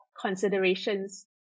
considerations